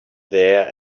there